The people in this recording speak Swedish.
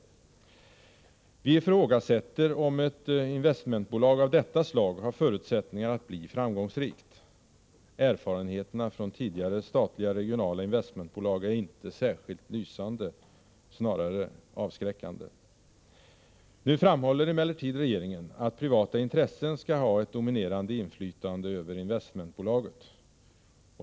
Vi ifrågasätter om ett investmentbolag av detta slag har förutsättningar att bli framgångsrikt. Erfarenheterna från tidigare statliga regionala investmentbolag är inte särskilt lysande — snarare avskräckande. Nu framhåller emellertid regeringen att privata intressen skall ha ett dominerande inflytande över investmentbolaget.